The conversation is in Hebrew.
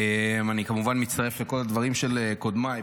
אני כמובן מצטרף לכל הדברים של קודמיי,